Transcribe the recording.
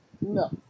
No